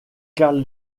carl